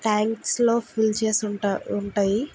tanks లో fill చేసి ఉంటా ఉంటాయి